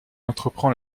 entreprend